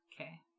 Okay